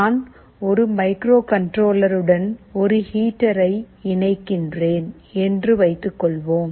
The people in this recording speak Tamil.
நான் ஒரு மைக்ரோகண்ட்ரோலருடன் ஒரு ஹீட்டரை இணைக்கிறேன் என்று வைத்துக்கொள்வோம்